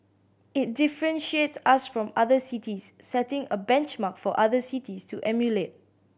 it differentiates us from other cities setting a benchmark for other cities to emulate